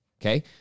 Okay